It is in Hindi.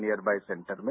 नियर बाइ सेंटर में